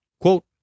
Quote